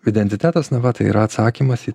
identitetas na va tai yra atsakymas į